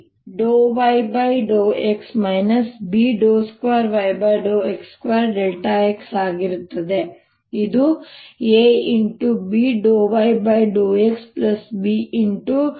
ಆದ್ದರಿಂದ B ∂y∂x Bx ಆಗಿರುತ್ತದೆ